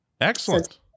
Excellent